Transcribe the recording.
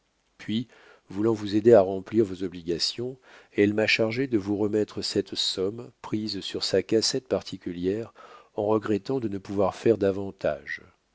puis voulant vous aider à remplir vos obligations elle m'a chargé de vous remettre cette somme prise sur sa cassette particulière en regrettant de ne pouvoir faire davantage